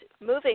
moving